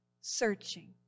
searching